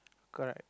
correct